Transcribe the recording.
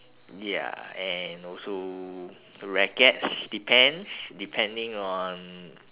ya and also rackets depends depending on